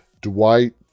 Dwight